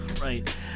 Right